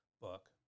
book